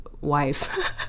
wife